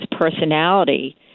personality